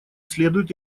следует